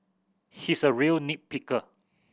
he's a real nit picker